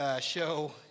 show